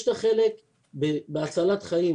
יש את החלק בהצלת חיים,